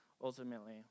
ultimately